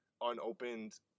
unopened